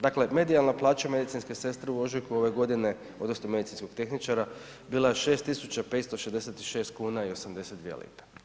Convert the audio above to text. Dakle, medijalna plaća medicinske sestre u ožujku ove godine odnosno medicinskog tehničara, bila je 6566 kuna i 82 lipe.